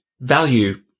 value